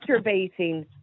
masturbating